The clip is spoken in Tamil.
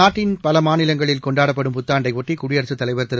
நாட்டின் பல மாநிலங்களில் கொண்டாடப்படும் புத்தாண்டையொட்டி குடியரசுத் தலைவர் திரு